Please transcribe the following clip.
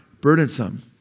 burdensome